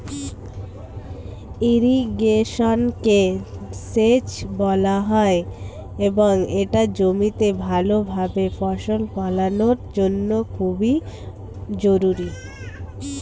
ইরিগেশনকে সেচ বলা হয় এবং এটা জমিতে ভালোভাবে ফসল ফলানোর জন্য খুবই জরুরি